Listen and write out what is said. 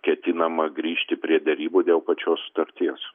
ketinama grįžti prie derybų dėl pačios sutarties